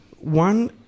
One